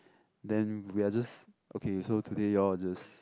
then we are just okay so today you all will just